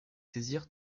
saisir